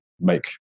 make